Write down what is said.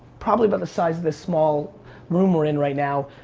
probably about the size of this small room we're in right now,